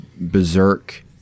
berserk